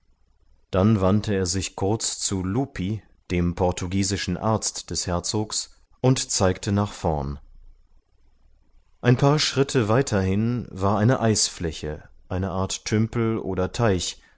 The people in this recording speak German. dann wandte er sich kurz zu lupi dem portugiesischen arzt des herzogs und zeigte nach vorn ein paar schritte weiterhin war eine eisfläche eine art tümpel oder teich